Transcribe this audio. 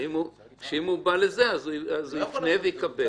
אם הוא בא לזה, הוא יפנה ויקבל.